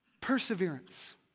Perseverance